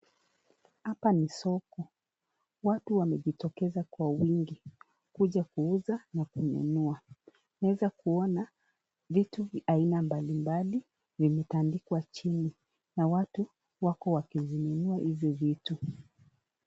Hapa ni soko. Watu wamejitokeza kwa wingi kuja kuuza na kununua . Naeza kuona vitu aina mbalimbali vimetandikwa chini na watu wako wakizinunua hizi vitu.